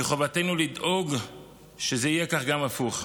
מחובתנו לדאוג שזה יהיה כך גם הפוך.